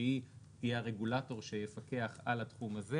שהיא הרגולטור שיפקח על התחום הזה